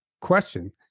question